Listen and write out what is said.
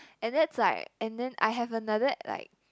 and that's like and then I have another like